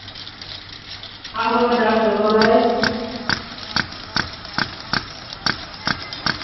आहो डॉक्टर बोल्ला दे